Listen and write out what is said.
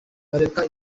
bareka